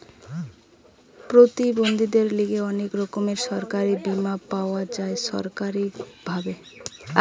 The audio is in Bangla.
প্রতিবন্ধীদের লিগে অনেক রকমের সরকারি বীমা পাওয়া যায় সরকারি ভাবে